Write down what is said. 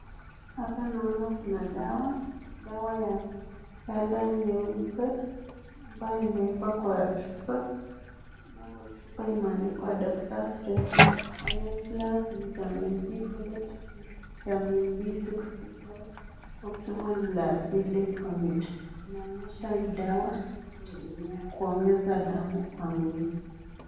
Hapa naona kuna dawa. Dawa ya color nyeupe ambaye imewekwa kwa chupa, ambayo chupa imeandikwa Doctor's recipes. Iron plus Vitamin C, Folate, Vitamin B6, Vitamin B12. Optimal blood building Formula . Inaonyesha hii dawa ni ya kuongeza damu kwa mwili.